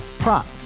Prop